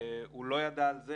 הוא לא ידע עם זה.